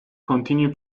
continue